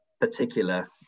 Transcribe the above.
particular